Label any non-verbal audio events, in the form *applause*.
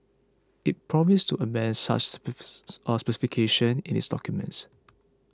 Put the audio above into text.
it promised to amend such *unintelligible* specifications in its documents